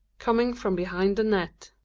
coming from behind the net.